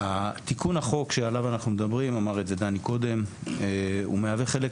תיקון החוק שעליו אנחנו מדברים מהווה חלק